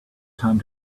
time